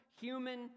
human